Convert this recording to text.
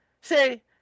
say